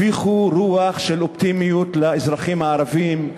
הפיחו רוח של אופטימיות באזרחים הערבים,